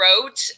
wrote